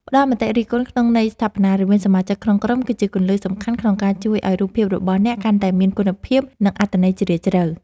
ផ្តល់មតិរិះគន់ក្នុងន័យស្ថាបនារវាងសមាជិកក្នុងក្រុមគឺជាគន្លឹះដ៏សំខាន់ក្នុងការជួយឱ្យរូបភាពរបស់អ្នកកាន់តែមានគុណភាព និង អត្ថន័យជ្រាលជ្រៅ។